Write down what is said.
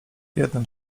jednym